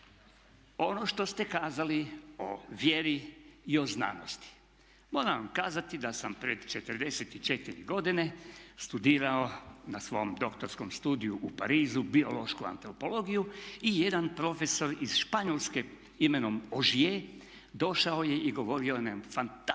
ono što ste kazali o vjeri i o znanosti moram vam kazati da sam pred 44 godine studirao na svom doktorskom studiju u Parizu biološku antropologiju i jedan profesor iz Španjolske imenom Ožije došao je i govorio je fantastično